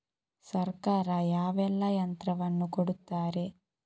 ಸರ್ಕಾರ ಯಾವೆಲ್ಲಾ ಯಂತ್ರವನ್ನು ಕೊಡುತ್ತಾರೆ?